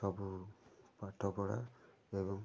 ସବୁ ପାଠପଢ଼ା ଏବଂ